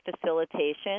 facilitation